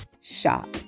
shop